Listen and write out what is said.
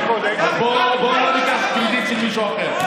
אז בוא לא ניקח קרדיט של מישהו אחר.